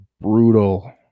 brutal